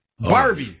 Barbie